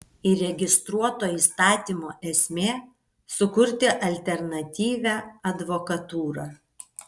įregistruoto įstatymo esmė sukurti alternatyvią advokatūrą